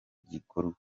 gikorwa